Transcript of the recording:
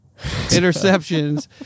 interceptions